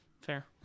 Fair